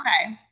okay